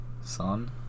Sun